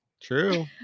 True